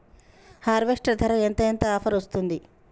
Harvester ధర ఎంత ఎంత ఆఫర్ వస్తుంది?